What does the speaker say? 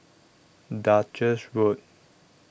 Duchess Road